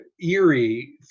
eerie